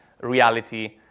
reality